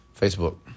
Facebook